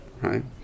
right